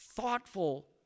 thoughtful